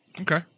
Okay